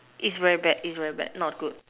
is very bad is very bad not good